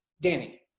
Danny